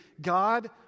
God